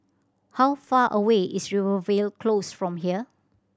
how far away is Rivervale Close from here